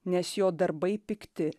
nes jo darbai pikti